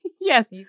yes